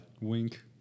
Wink